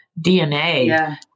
DNA